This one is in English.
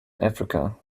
africa